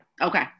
Okay